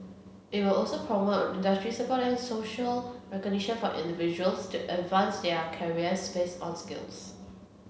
it will also promote industry support and social recognition for individuals to advance their careers based on skills